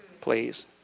Please